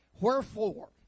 Wherefore